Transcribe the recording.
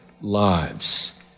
lives